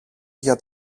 για